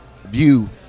view